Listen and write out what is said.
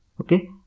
okay